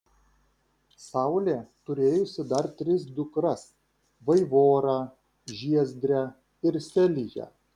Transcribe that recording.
saulė turėjusi dar tris dukras vaivorą žiezdrę ir seliją